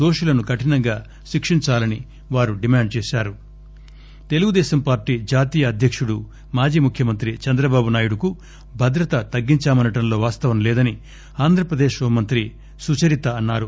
దోషులను కఠినంగా శిక్షించాలని వారు చంద్ర బాబుః తెలుగుదేశం పార్టీ జాతీయ అధ్యక్తుడు మాజీ ముఖ్యమంత్రి చంద్రబాబు నాయుడు కు భద్రత తగ్గించామనడంలో వాస్తవం లేదని ఆంద్ర ప్రదేశ్ హోంమంత్రి సుచరిత అన్నారు